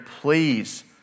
please